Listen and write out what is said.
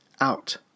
out